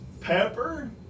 pepper